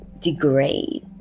degrade